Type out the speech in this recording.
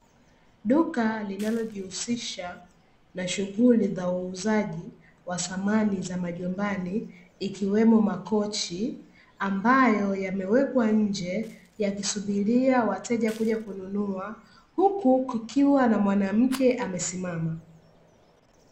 Duka linalojihusisha na shughuli za uuzaji wa samani za majumbani, ikiwemo makochi ambayo yamewekwa nje yakisubiria wateja kuja kuyanunua, huku kukiwa na mwanamke amesimama.